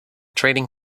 trading